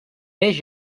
naix